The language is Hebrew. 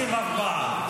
היושב-ראש,